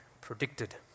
predicted